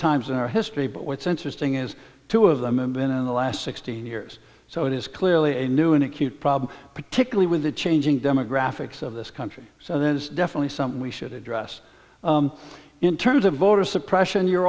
times in our history but what's interesting is two of them in the last sixteen years so it is clearly a new and acute problem particularly with the changing demographics of this country so that is definitely something we should address in terms of voter suppression you're